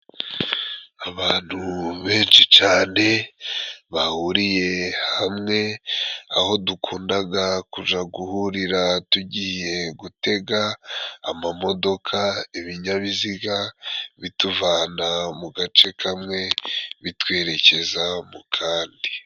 Abantu benshi cyane bahuriye hamwe aho dukundaga kuja guhurira, tugiye gutega amamodoka, ibinyabiziga bituvana mu gace kamwe bitwerekeza mu kandi.